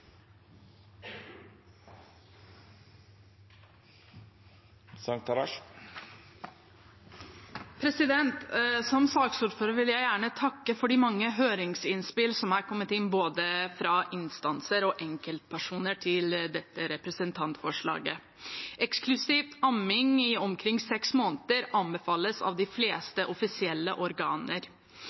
er vedteke. Som saksordfører vil jeg gjerne takke for de mange høringsinnspillene som har kommet inn fra både instanser og enkeltpersoner i forbindelse med dette representantforslaget. Eksklusiv amming i omkring seks måneder anbefales av de fleste offisielle organer.